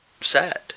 sad